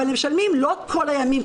אבל הם משלמים לא כל הימים,